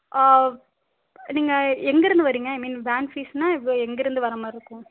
நீங்கள் எங்கேருந்து வர்றீங்க ஐ மீன் வேன் ஃபீஸுனா எங்கேருந்து வர்ற மாதிரி இருக்கும்